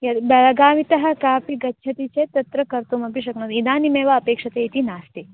यद् बेळगावितः कापि गच्छति चेत् तत्र कर्तुमपि शक्नोति इदानीमेव अपेक्षते इति नास्ति